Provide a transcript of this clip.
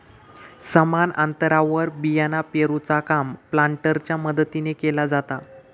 समान अंतरावर बियाणा पेरूचा काम प्लांटरच्या मदतीने केला जाता